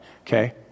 Okay